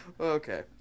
Okay